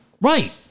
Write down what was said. Right